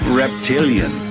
reptilian